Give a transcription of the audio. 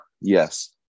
yes